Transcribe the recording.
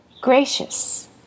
gracious